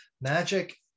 magic